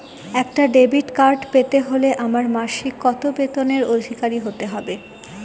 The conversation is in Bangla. একটা ডেবিট কার্ড পেতে হলে আমার মাসিক কত বেতনের অধিকারি হতে হবে?